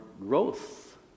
growth